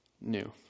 new